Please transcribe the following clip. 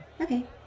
Okay